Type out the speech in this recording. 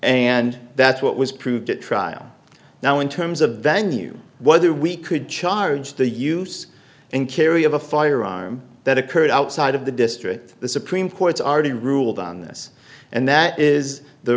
and that's what was proved at trial now in terms of venue whether we could charge the use and carry of a firearm that occurred outside of the district the supreme court's already ruled on this and that is the